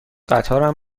قطارم